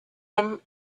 him